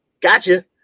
gotcha